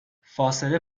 فاصله